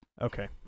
Okay